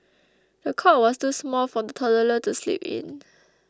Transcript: the cot was too small for the toddler to sleep in